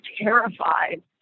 terrified